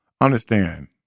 Understand